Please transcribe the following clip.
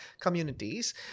communities